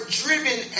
driven